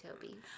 Toby